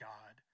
God